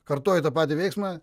kartoju tą patį veiksmą